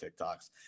tiktoks